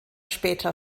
später